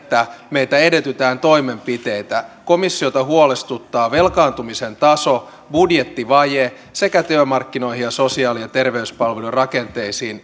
meiltä edellytetään toimenpiteitä komissiota huolestuttaa velkaantumisen taso budjettivaje sekä työmarkkinoihin ja sosiaali ja terveyspalvelujen rakenteisiin